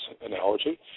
analogy